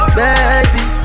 baby